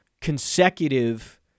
consecutive